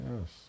yes